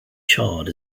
charred